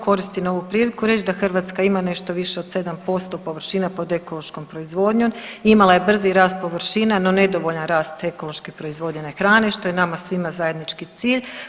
Koristim ovu priliku reći da Hrvatska ima nešto više od 7% površina pod ekološkom proizvodnjom, imala je brzi rast površina no nedovoljan rast ekološki proizvede hrane što je nama svima zajednički cilj.